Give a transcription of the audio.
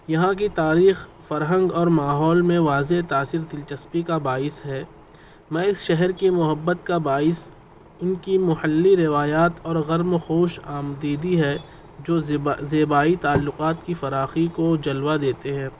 یہاں کی تاریخ فرہنگ اور ماحول میں واضح تاثیر دلچسپی کا باعث ہے میں اس شہر کی محبت کا باعث ان کی محلی روایات اور غرم خوش آمدیدی ہے جو زیبا زیبائی تعلقات کی فراخی کو جلوہ دیتے ہیں